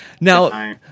Now